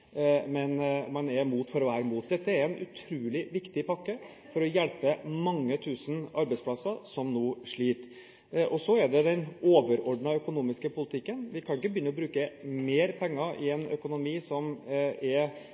men man er imot for å være imot. Dette er en utrolig viktig pakke for å avhjelpe mange tusen arbeidsplasser som nå sliter. Så er det den overordnede økonomiske politikken. Vi kan ikke begynne å bruke mer penger i en økonomi som er